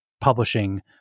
publishing